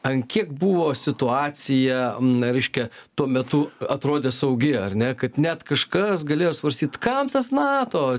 ant kiek buvo situacija reiškia tuo metu atrodė saugi ar ne kad net kažkas galėjo svarstyt kam tas nato